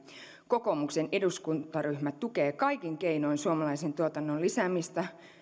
kokoomuksen eduskuntaryhmä tukee kaikin keinoin suomalaisen tuotannon lisäämistä